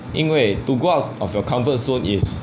因为 to go out of your comfort zone is